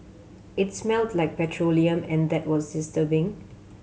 it smelt like petroleum and that was disturbing